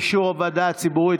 אישור הוועדה הציבורית,